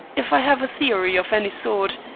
if i have a theory of any sort,